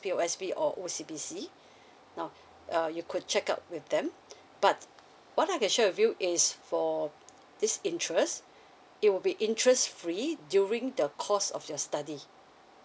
P_O_S_B or O_C_B_C now uh you could check out with them but what I sure with you is for this interest it will be interest free during the course of your studies